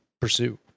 pursue